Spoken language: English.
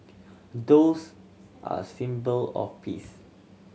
doves are a symbol of peace